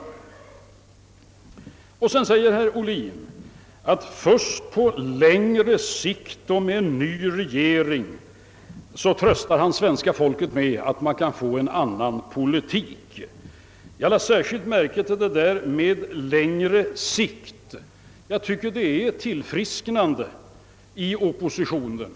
Herr Ohlin tröstar svenska folket med att först på längre sikt och med en ny regering kan man få en annan politik. Jag lade särskilt märke till uttrycket »på längre sikt». Jag tycker det är ett tillfrisknande i oppositionen.